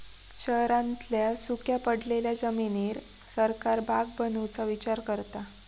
शहरांतल्या सुख्या पडलेल्या जमिनीर सरकार बाग बनवुचा विचार करता